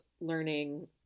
learning